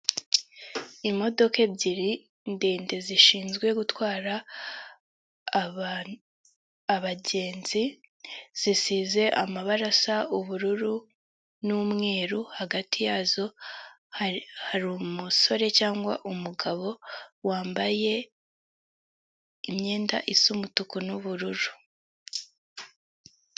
Ni inote z'amadorali hano harimo amadorari ijana muri izi note hariho n'ibiceri, harimo n'inote za magana atanu z'amayero n'inote ya mirongo itanu y'amayero.